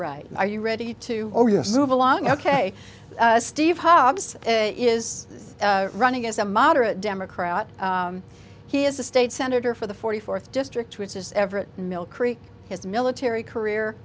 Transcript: right are you ready to move along ok steve hobbs is running as a moderate democrat he is a state senator for the forty fourth district which is everett mill creek his military career